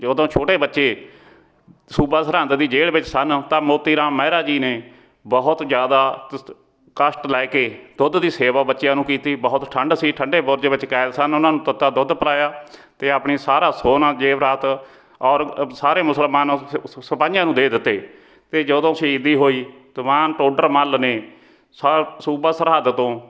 ਜਦੋਂ ਛੋਟੇ ਬੱਚੇ ਸੂਬਾ ਸਰਹਿੰਦ ਦੀ ਜੇਲ੍ਹ ਵਿੱਚ ਸਨ ਤਾਂ ਮੋਤੀ ਰਾਮ ਮਹਿਰਾ ਜੀ ਨੇ ਬਹੁਤ ਜ਼ਿਆਦਾ ਤਸਤ ਕਸ਼ਟ ਲੈ ਕੇ ਦੁੱਧ ਦੀ ਸੇਵਾ ਬੱਚਿਆਂ ਨੂੰ ਕੀਤੀ ਬਹੁਤ ਠੰਡ ਸੀ ਠੰਡੇ ਬੁਰਜ ਵਿੱਚ ਕੈਦ ਸਨ ਉਹਨਾਂ ਨੂੰ ਤੱਤਾ ਦੁੱਧ ਪਿਲਾਇਆ ਅਤੇ ਆਪਣੀ ਸਾਰਾ ਸੋਨਾ ਜੇਵਰਾਤ ਔਰ ਅਵ ਸਾਰੇ ਮੁਸਲਮਾਨ ਸਿਪਾਹੀਆਂ ਨੂੰ ਦੇ ਦਿੱਤੇ ਅਤੇ ਜਦੋਂ ਸ਼ਹੀਦੀ ਹੋਈ ਦੀਵਾਨ ਟੋਡਰ ਮੱਲ ਨੇ ਸ ਸੂਬਾ ਸਰਹਿੰਦ ਤੋਂ